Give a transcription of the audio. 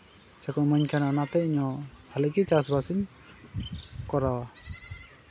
ᱥᱮᱠᱚ ᱮᱢᱟᱹᱧ ᱠᱟᱱᱟ ᱚᱱᱟᱛᱮ ᱤᱧᱦᱚᱸ ᱵᱷᱟᱹᱞᱤ ᱜᱮ ᱪᱟᱥᱼᱵᱟᱥ ᱤᱧ ᱠᱚᱨᱟᱣᱟ